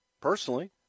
personally